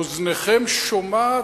אוזנכם שומעת?